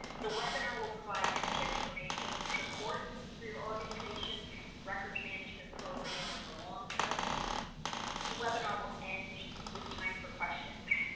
the webinar will provide some tips for maintaining support for your organization records management program over the long term the webinar will end with time for questions